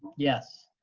yes.